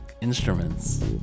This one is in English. instruments